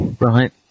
Right